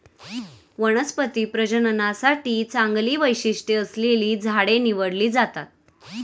वनस्पती प्रजननासाठी चांगली वैशिष्ट्ये असलेली झाडे निवडली जातात